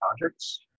projects